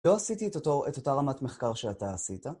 לא עשיתי את אותה רמת מחקר שאתה עשית